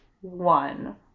one